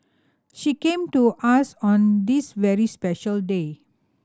she came to us on this very special day